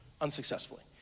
unsuccessfully